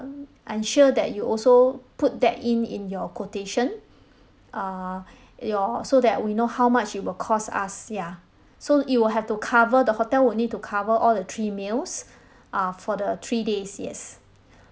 ensure that you also put that in in your quotation err your so that we know how much it will cost us ya so it will have to cover the hotel would need to cover all the three meals uh for the three days yes